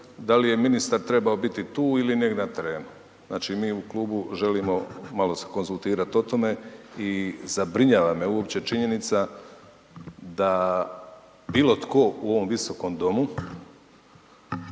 da li je ministar trebao biti tu ili negdje na terenu. Znači mi u klubu želimo se malo konzultirati o tome. I zabrinjava me uopće činjenica da bilo tko u ovom Visokom domu